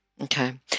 Okay